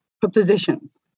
propositions